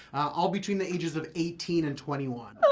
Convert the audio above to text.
all between the ages of eighteen and twenty one.